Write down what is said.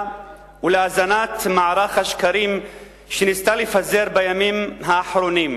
ולהזנת מערך השקרים שניסתה לפזר בימים האחרונים.